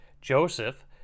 Joseph